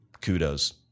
Kudos